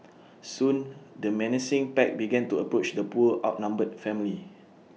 soon the menacing pack began to approach the poor outnumbered family